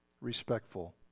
respectful